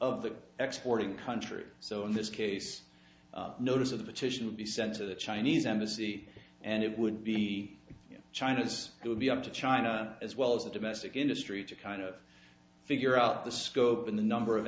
of the exporting country so in this case notice of the petition would be sent to the chinese embassy and it would be china's it would be up to china as well as the domestic industry to kind of figure out the scope and the number of